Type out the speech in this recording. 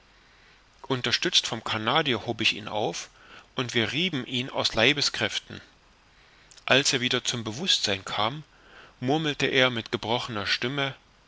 unterstützt vom canadier hob ich ihn auf und wir rieben ihn aus leibeskräften als er wieder zum bewußtsein kam murmelte er mit gebrochener stimme